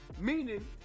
Meaning